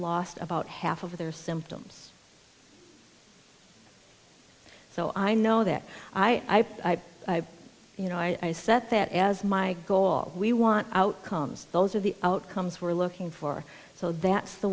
lost about half of their symptoms so i know that i you know i set that as my goal we want outcomes those are the outcomes we're looking for so that's the